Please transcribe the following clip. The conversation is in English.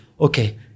okay